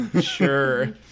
Sure